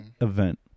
event